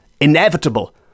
inevitable